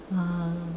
ah